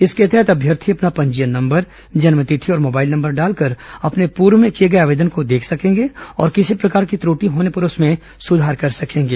इसके तहत अभ्यर्थी अपना पंजीयन नंबर जन्मतिथि और मोबाइल नंबर डालकर अपने पर्व में किए गए आवेदन को देख सकेंगे और किसी प्रकार की त्रटि होने पर उसमें सुधार कर सकेंगे